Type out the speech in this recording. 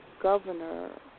governor